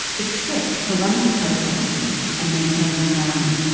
except for running the post offices and maintaining the army.